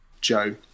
Joe